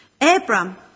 Abram